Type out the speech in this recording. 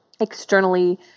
externally